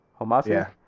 Homasi